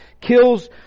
kills